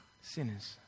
sinners